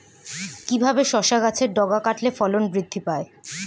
কিভাবে শসা গাছের ডগা কাটলে ফলন বৃদ্ধি পায়?